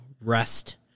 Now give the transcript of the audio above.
rest